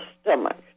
stomach